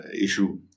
issue